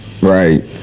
Right